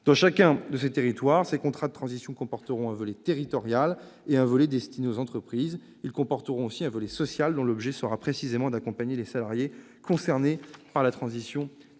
Dans chacun de ces territoires, les contrats de transition comporteront un volet territorial et un volet destiné aux entreprises, ainsi qu'un volet social, dont l'objet sera précisément d'accompagner les salariés concernés par la transition écologique.